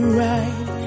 right